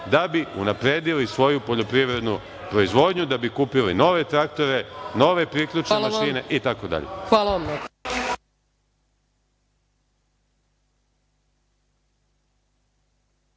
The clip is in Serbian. da bi unapredili svoju poljoprivrednu proizvodnju, da bi kupili nove traktore, nove priključne mašine itd.